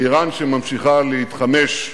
מאירן, שממשיכה להתחמש,